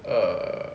err